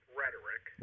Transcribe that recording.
rhetoric